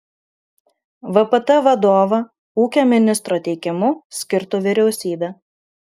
vpt vadovą ūkio ministro teikimu skirtų vyriausybė